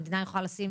המדינה יכולה לשים